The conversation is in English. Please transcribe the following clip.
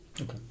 Okay